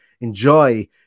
enjoy